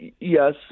yes